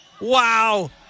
Wow